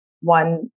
one